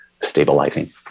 stabilizing